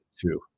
two